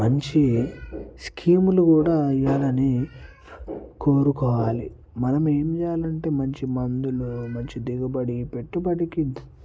మంచి స్కీములు కూడా ఇయ్యాలని కోరుకోవాలి మనం ఏం చేయాలంటే మంచి మందులు మంచి దిగుబడి పెట్టుబడికి